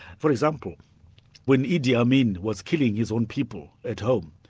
for example when idi amin was killing his own people at home,